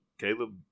Caleb